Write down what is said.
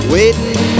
Waiting